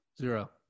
Zero